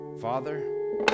father